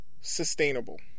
sustainable